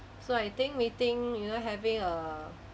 so I think waiting you know having a